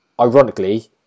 Ironically